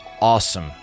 awesome